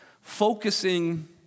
Focusing